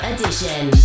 Edition